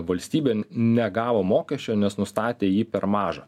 valstybė negavo mokesčio nes nustatė jį per mažą